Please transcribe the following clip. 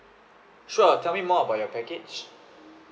sure tell me more about your package